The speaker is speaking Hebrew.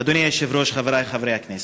אדוני היושב-ראש, חברי חברי הכנסת,